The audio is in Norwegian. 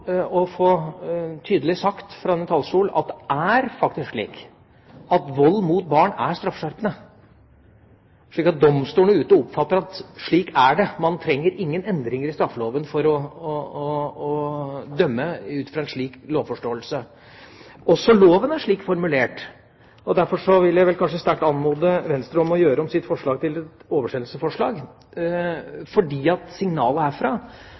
å få sagt tydelig fra denne talerstol at det faktisk er slik at vold mot barn er straffeskjerpende, slik at domstolene ute oppfatter at slik er det. Man trenger ingen endringer i straffeloven for å dømme ut fra en slik lovforståelse. Loven er også formulert slik. Derfor vil jeg sterkt anmode Venstre om å gjøre om sitt forslag til et oversendelsesforslag. For signalene herfra – og fra